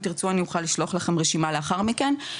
אם תרצו אני אוכל לשלוח לכם רשימה לאחר מכן,